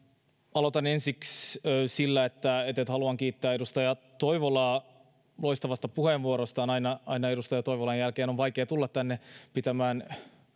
aloitan ensiksi sillä että että haluan kiittää edustaja toivolaa loistavasta puheenvuorostaan aina aina edustaja toivolan jälkeen on vaikea tulla tänne pitämään